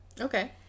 Okay